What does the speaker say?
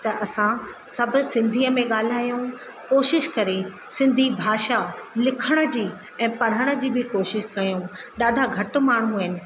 त असां सभु सिंधीअ में ॻाल्हायूं कोशिश करे सिंधी भाषा लिखण जी ऐं पढ़ण जी बि कोशिश कयूं ॾाढा घटि माण्हू आहिनि